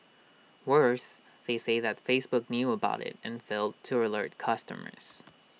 worse they say that Facebook knew about IT and failed to alert customers